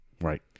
Right